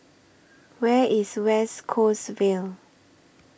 Where IS West Coast Vale